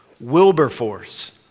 Wilberforce